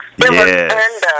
Yes